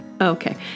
Okay